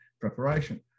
preparation